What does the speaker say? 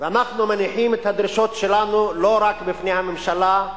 אנחנו מניחים את הדרישות שלנו לא רק בפני הממשלה,